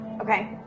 Okay